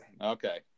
Okay